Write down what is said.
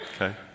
okay